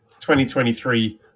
2023